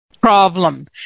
problem